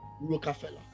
Rockefeller